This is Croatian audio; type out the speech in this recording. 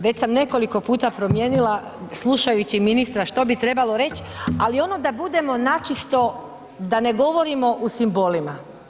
Već sam nekoliko puta promijenila, slušajući ministra što bi trebalo reći ali ono da budemo načisto, da ne govorimo u simbolima.